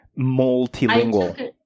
multilingual